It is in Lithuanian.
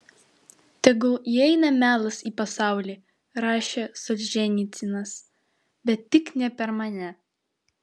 tegul įeina melas į pasaulį rašė solženicynas bet tik ne per mane